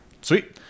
Sweet